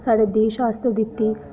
साढ़े देश आस्तै दित्ती